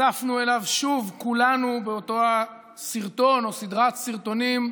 נחשפנו אליו שוב כולנו באותו הסרטון או סדרת סרטונים